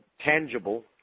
tangible